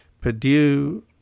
Purdue